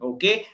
Okay